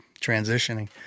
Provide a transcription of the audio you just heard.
transitioning